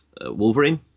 Wolverine